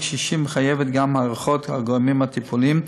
במספר הקשישים מחייבת גם היערכות של הגורמים הטיפוליים,